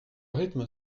rythme